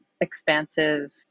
expansive